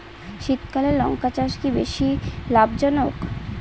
শীতকালে লঙ্কা চাষ কি বেশী লাভজনক?